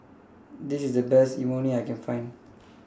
This IS The Best Imoni I Can Find